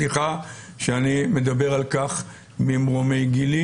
סליחה שאני מדבר על כך ממרומי גילי.